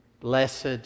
Blessed